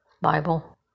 Bible